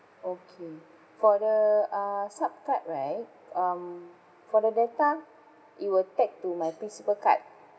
okay for the uh sup card right um for the data it will tag to my principal card